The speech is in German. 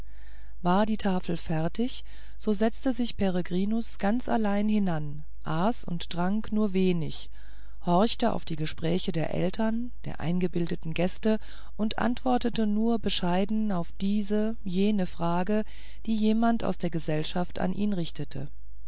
war die tafel fertig so setzte sich peregrinus ganz allein hinan aß und trank nur wenig horchte auf die gespräche der eltern der eingebildeten gäste und antwortete nur bescheiden auf diese jene frage die jemand aus der gesellschaft an ihn richtete